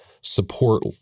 support